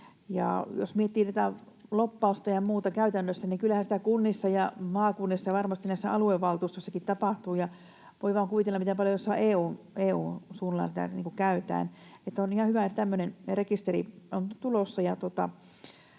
Jos miettii lobbausta ja muuta käytännössä, niin kyllähän sitä kunnissa ja maakunnissa ja varmasti näissä aluevaltuustoissakin tapahtuu, ja voi vaan kuvitella, miten paljon jossain EU:n suunnalla tätä käytetään. On ihan hyvä, että tämmöinen rekisteri on tulossa.